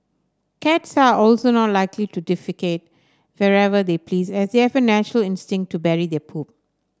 cats are also not likely to defecate wherever they please as they have a natural instinct to bury their poop